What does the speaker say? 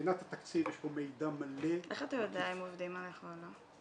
מבחינת התקציב יש פה מידע מלא --- איך אתה יודע אם עובדים עליך או לא?